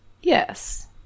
Yes